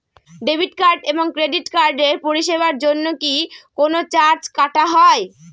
Debit card এবং credit কার্ডের পরিষেবার জন্য কি কোন চার্জ কাটা হয়?